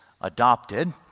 adopted